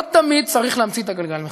לא תמיד צריך להמציא את הגלגל מחדש.